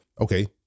okay